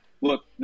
look